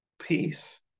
peace